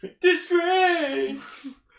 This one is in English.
Disgrace